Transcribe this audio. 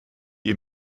ihr